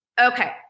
okay